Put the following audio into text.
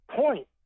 point